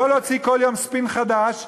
לא להוציא כל יום ספין חדש,